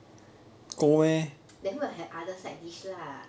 then will have other side dish lah